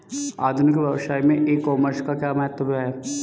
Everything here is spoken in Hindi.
आधुनिक व्यवसाय में ई कॉमर्स का क्या महत्व है?